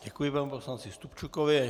Děkuji panu poslanci Stupčukovi.